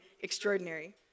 extraordinary